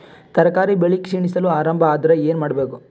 ತರಕಾರಿ ಬೆಳಿ ಕ್ಷೀಣಿಸಲು ಆರಂಭ ಆದ್ರ ಏನ ಮಾಡಬೇಕು?